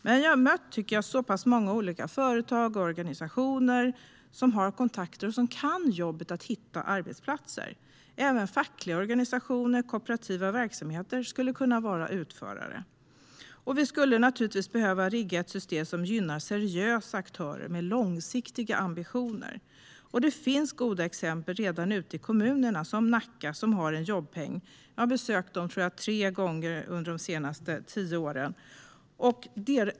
Men jag har ändå mött så pass många olika företag och organisationer som har kontakter och som kan jobbet att hitta arbetsplatser. Även fackliga organisationer och kooperativa verksamheter skulle kunna vara utförare. Vi skulle naturligtvis behöva rigga ett system som gynnar seriösa aktörer som har långsiktiga ambitioner. Det finns redan goda exempel i kommuner som Nacka, där man har en jobbpeng. Jag har varit på besök där tre gånger de senaste tio åren.